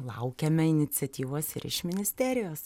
laukiame iniciatyvos ir iš ministerijos